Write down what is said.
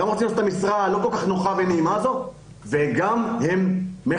גם רוצים את המשרה הלא כל כך נוחה והנעימה הזאת וגם הם מחוסנים.